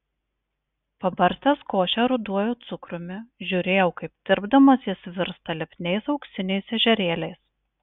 pabarstęs košę ruduoju cukrumi žiūrėjau kaip tirpdamas jis virsta lipniais auksiniais ežerėliais